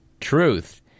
truth